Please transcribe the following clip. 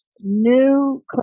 new